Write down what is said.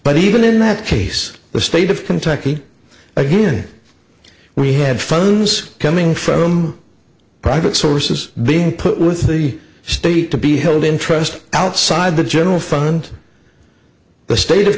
but even in that case the state of kentucky again we had funds coming from private sources being put with the state to be held in trust outside the general fund the state of